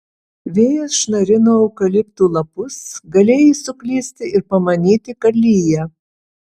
vėjas šnarino eukaliptų lapus galėjai suklysti ir pamanyti kad lyja